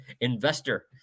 investor